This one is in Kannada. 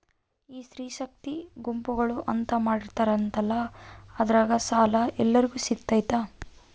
ಈ ಸ್ತ್ರೇ ಶಕ್ತಿ ಗುಂಪುಗಳು ಅಂತ ಮಾಡಿರ್ತಾರಂತಲ ಅದ್ರಾಗ ಸಾಲ ಎಲ್ಲರಿಗೂ ಸಿಗತೈತಾ?